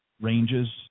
ranges